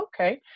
Okay